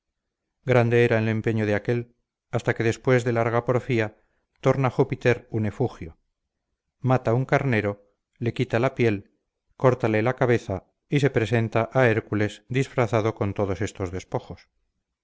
grande era el empeño de aquél hasta que después de larga porfía torna júpiter un efugio mata un carnero la quita la piel córtale la cabeza y se presenta a hércules disfrazado con todos estos despojos